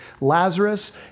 Lazarus